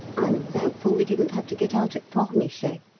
i'm thankful we didn't have to get out at pornichet,